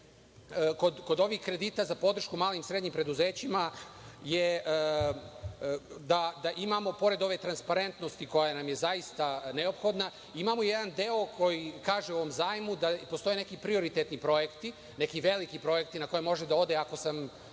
kod ovih kredita za podršku malim i srednjim preduzećima je da imamo, pored ove transparentnosti, koja nam je zaista neophodna, imamo jedan deo koji kaže u ovom zajmu da postoje neki prioritetni projekti, neki veliki projekti na koje može da ode, ako sam